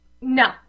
No